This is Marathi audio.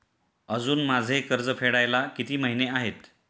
अजुन माझे कर्ज फेडायला किती महिने आहेत?